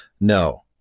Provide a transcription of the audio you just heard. No